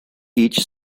each